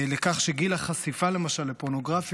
לכך שגיל החשיפה לפורנוגרפיה,